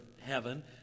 heaven